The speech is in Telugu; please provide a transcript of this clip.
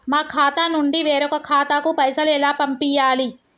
మా ఖాతా నుండి వేరొక ఖాతాకు పైసలు ఎలా పంపియ్యాలి?